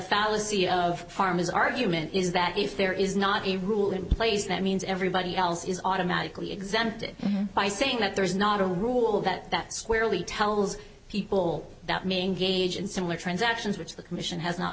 fallacy of farmers argument is that if there is not a rule in place that means everybody else is automatically exempted by saying that there's not a rule that that squarely tells people that mean gauge and similar transactions which the commission has not